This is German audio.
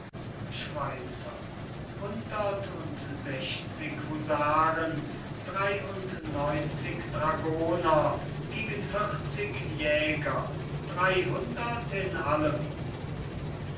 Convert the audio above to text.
schweizer hundert und sechszig husaren drey und neunzig dragoner gegen vierzig jäger dreyhundert in allem